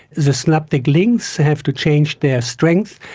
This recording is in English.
the synaptic links have to change their strength,